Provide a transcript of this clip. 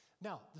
Now